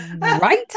Right